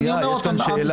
יש כאן שאלה.